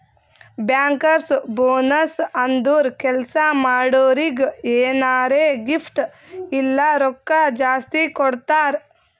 bankers bonus ಅಂದುರ್ ಕೆಲ್ಸಾ ಮಾಡೋರಿಗ್ ಎನಾರೇ ಗಿಫ್ಟ್ ಇಲ್ಲ ರೊಕ್ಕಾ ಜಾಸ್ತಿ ಕೊಡ್ತಾರ್